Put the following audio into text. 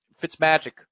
Fitzmagic